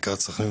בעיקר סח'נין,